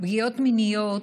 פגיעות מיניות,